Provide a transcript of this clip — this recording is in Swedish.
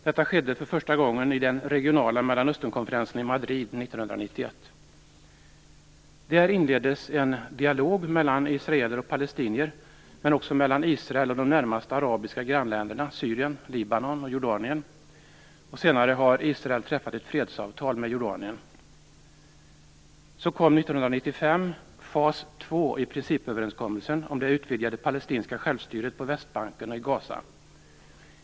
Detta skedde för första gången i den regionala Mellanösternkonferensen i Madrid 1991. Där inleddes en dialog mellan israeler och palestinier men också mellan Israel och de närmaste arabiska grannländerna Syrien, Libanon och Jordanien. Senare har Israel träffat ett fredsavtal med 1995 kom fas två i principöverenskommelsen om det utvidgade palestinska självstyret på Västbanken och i Gaza.